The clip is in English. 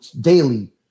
daily